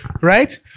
Right